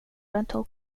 rental